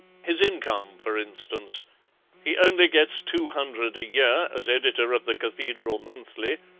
his income, for instance he only gets two hundred a year as editor of the cathedral monthly,